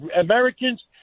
Americans